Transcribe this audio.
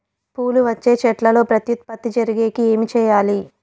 పూలు వచ్చే చెట్లల్లో ప్రత్యుత్పత్తి జరిగేకి ఏమి చేయాలి?